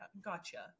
Gotcha